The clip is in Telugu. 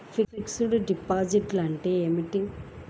ఫిక్సడ్ డిపాజిట్లు అంటే ఏమిటి?